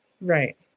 Right